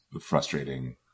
frustrating